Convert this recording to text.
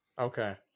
okay